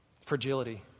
fragility